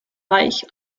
weich